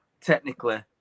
technically